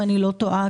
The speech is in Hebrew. אם אני לא טועה,